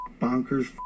bonkers